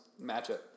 matchup